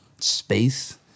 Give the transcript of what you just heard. space